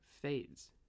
fades